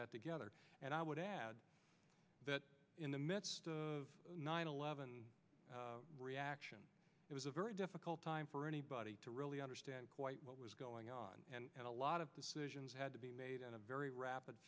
that together and i would add that in the midst of nine eleven reaction it was a very difficult time for anybody to really understand quite what was going on and a lot of decisions had to be made in a very rapid